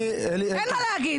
אין מה להגיד.